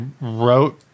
wrote